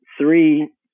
Three